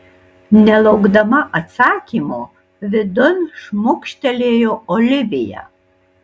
nelaukdama atsakymo vidun šmukštelėjo olivija